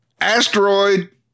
asteroid